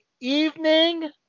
evening